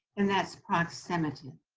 and that's proximity.